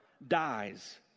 Dies